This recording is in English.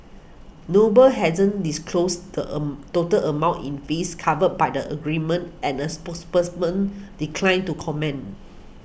Noble hasn't disclosed the a total amount in fees covered by the agreement and a spokesperson man declined to comment